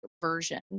version